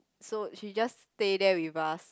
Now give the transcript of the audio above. so she just stay there with us